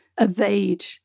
evade